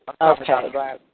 Okay